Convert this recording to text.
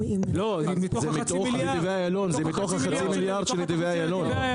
זה מתוך החצי מיליארד ₪ של נתיבי איילון.